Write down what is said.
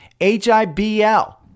HIBL